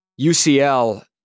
UCL